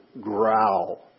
growl